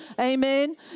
Amen